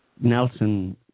Nelson